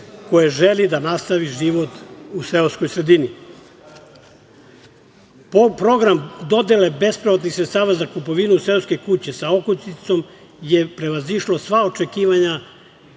koje želi da nastavi život u seoskoj sredini. Program dodele bezpovratnih sredstava za kupovinu seoske kuće sa okućnicom je prevazišlo sva očekivanja